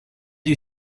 you